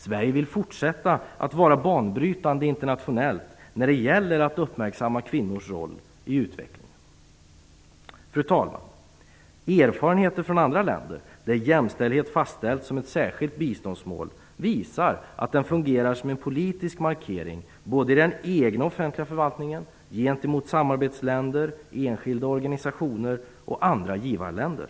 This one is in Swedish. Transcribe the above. Sverige vill fortsätta att vara banbrytande internationellt när det gäller att uppmärksamma kvinnors roll i utvecklingen. Fru talman! Erfarenheter från andra länder, där jämställdhet fastställts som ett särskilt biståndsmål, visar att den fungerar som en politisk markering både i den egna offentliga förvaltningen och gentemot samarbetsländer, enskilda organisationer och andra givarländer.